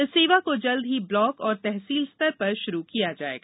इस सेवा को जल्द ही ब्लॉक और तहसील स्तर पर शुरू किया जायेगा